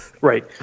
right